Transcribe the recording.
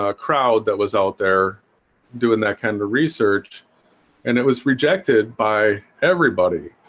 ah crowd that was out there doing that kind of research and it was rejected by everybody